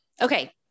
Okay